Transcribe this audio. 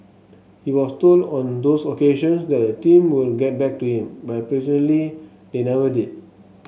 he was told on those occasions that the team will get back to him but apparently they never did